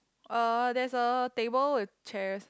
uh there's a table with chairs